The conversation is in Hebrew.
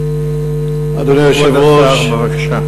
כבוד השר, בבקשה.